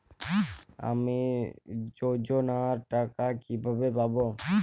আমি যোজনার টাকা কিভাবে পাবো?